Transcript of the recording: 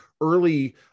early